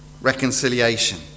reconciliation